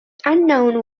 unknown